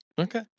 Okay